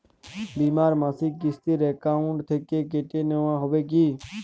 বিমার মাসিক কিস্তি অ্যাকাউন্ট থেকে কেটে নেওয়া হবে কি?